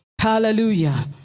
Hallelujah